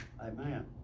Amen